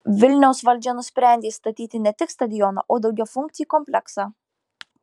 vilniaus valdžia nusprendė statyti ne tik stadioną o daugiafunkcį kompleksą